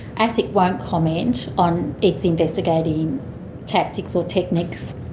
asic won't comment on its investigating tactics or techniques.